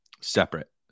separate